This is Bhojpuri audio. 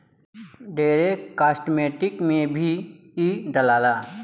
ढेरे कास्मेटिक में भी इ डलाला